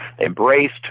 embraced